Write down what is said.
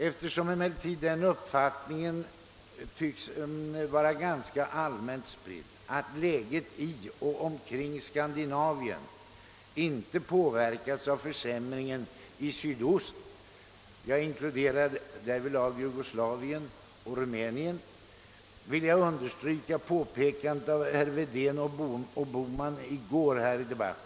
Eftersom emellertid den uppfattningen tycks vara ganska allmänt spridd att läget för och omkring Skandinavien inte påverkas av försämrigen i sydost — jag inkluderar därvidlag Jugoslavien och Rumänien — vill jag understryka vad herrar Bohman och Wedén påpekade i gårdagens debatt.